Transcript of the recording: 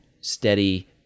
steady